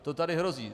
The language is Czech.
To tady hrozí.